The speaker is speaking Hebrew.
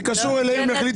זה קשור אליהם,